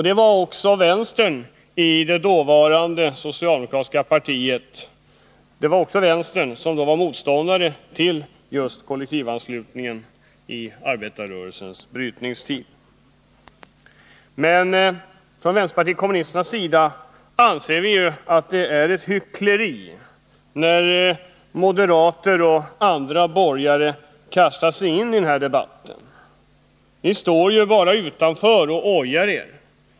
Det var också vänstern i det dåvarande socialdemokratiska partiet som gick emot kollektivanslutning i arbetarrörelsens brytningstid. Vi från vänsterpartiet kommunisterna anser det vara hyckleri av moderater och andra borgare att kasta sig in i den här debatten. Ni står ju bara utanför och ojar er.